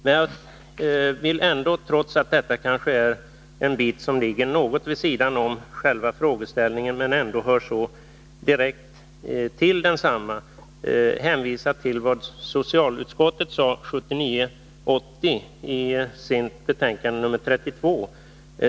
Jag vill dock — det är kanske något som ligger litet vid sidan om själva frågeställningen, men det hör ändå direkt till denna — hänvisa till vad socialutskottet sade i sitt betänkande 1979/80:32.